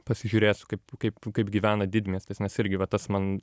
pasižiūrėsiu kaip kaip kaip gyvena didmiestis nes irgi va tas man